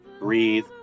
breathe